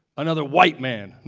another white man,